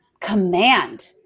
command